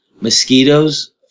Mosquitoes